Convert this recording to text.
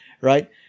right